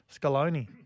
Scaloni